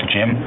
Jim